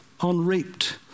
unreaped